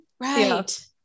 Right